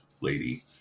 lady